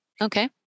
Okay